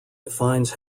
defines